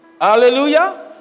Hallelujah